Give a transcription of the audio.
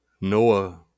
Noah